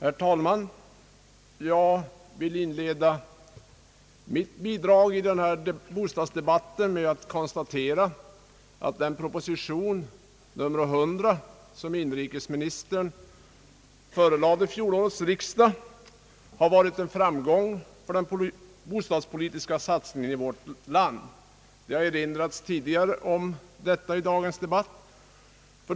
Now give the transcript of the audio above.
Herr talman! Jag vill inleda mitt bidrag i denna bostadsdebatt med att konstatera att den proposition nr 100, som inrikesministern förelade fjolårets riksdag, har varit en framgång för den bostadspolitiska satsningen i vårt land. Det har erinrats om detta tidigare i dagens debatt.